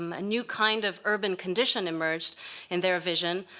um a new kind of urban condition emerged in their vision,